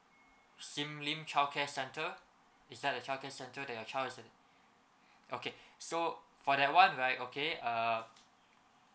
sim lim childcare center is that the childcare center that your child is in okay so for that one right okay err